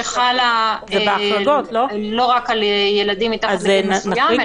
שחלה לא רק על ילדים מתחת לגיל מסוים,